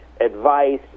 advice